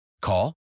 Call